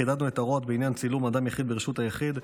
חידדנו את ההוראות בעניין צילום אדם ברשות היחיד,